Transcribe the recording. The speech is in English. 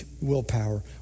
willpower